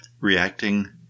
reacting